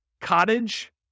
Cottage